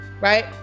right